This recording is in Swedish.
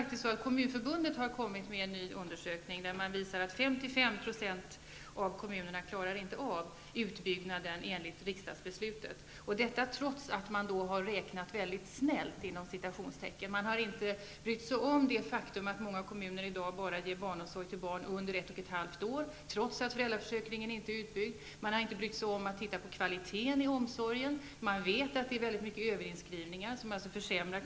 Kommunförbundet har kommit med en ny undersökning av vilken framgår att 55 % av kommunerna inte klarar av utbyggnaden enligt riksdagsbeslutet. Detta är fallet trots att man har räknat mycket ''snällt''. Man har inte brytt sig om det faktum att många kommuner i dag bara ger barnomsorg till barn under ett och ett halvt år trots att föräldraförsäkringen inte är utbyggd. Man har inte brytt sig om att titta på kvaliteten i omsorgen. Man vet att överinskrivningar, som alltså försämrar kvaliteten, förekommer i mycket stor utsträckning.